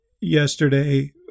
yesterday